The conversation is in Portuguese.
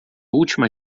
última